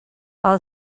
all